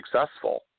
successful